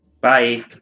Bye